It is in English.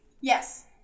Yes